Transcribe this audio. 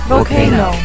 Volcano